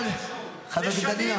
------ חבר הכנסת חנוך.